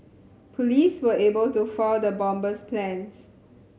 police were able to foil the bomber's plans